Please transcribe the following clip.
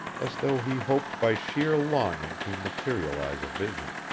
as though he hoped by sheer longing to materialize a vision.